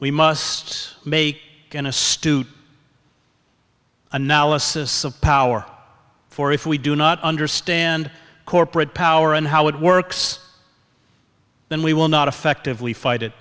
we must make an astute analysis of power for if we do not understand corporate power and how it works then we will not effectively fight it